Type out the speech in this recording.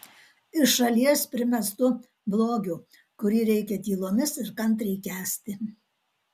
iš šalies primestu blogiu kurį reikia tylomis ir kantriai kęsti